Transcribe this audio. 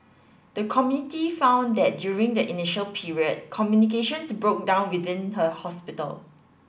the committee found that during the initial period communications broke down within the hospital